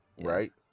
Right